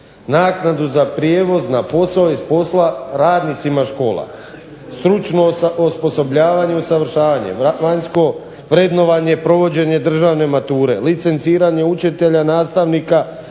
naknadu za prijevoz na posao i s posla radnicima škola, stručno osposobljavanje i usavršavanje, vanjsko vrednovanje, provođenje državne mature, licenciranje učitelja, nastavnika,